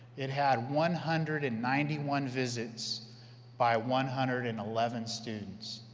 it had one hundred and ninety one visits by one hundred and eleven students.